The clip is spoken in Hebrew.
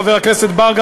חבר הכנסת בר,